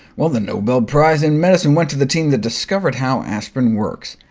well, the nobel prize in medicine went to the team that discovered how aspirin works.